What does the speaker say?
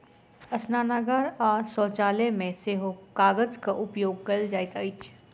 स्नानागार आ शौचालय मे सेहो कागजक उपयोग कयल जाइत अछि